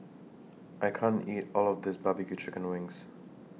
I can't eat All of This Barbecue Chicken Wings